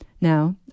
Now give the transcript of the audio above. Now